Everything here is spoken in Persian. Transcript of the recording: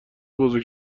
بزرگ